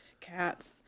Cats